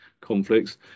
conflicts